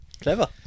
Clever